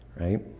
right